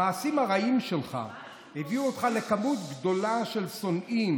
המעשים הרעים שלך הביאו אותך לכמות גדולה של שונאים,